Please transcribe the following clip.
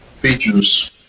features